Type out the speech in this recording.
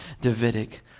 Davidic